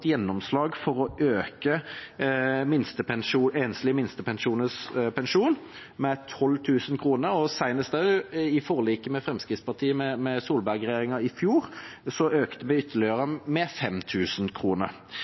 gjennomslag for å øke enslige minstepensjonisters pensjon med 12 000 kr, og senest i forliket mellom Fremskrittspartiet og Solberg-regjeringen i fjor økte vi ytterligere